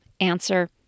answer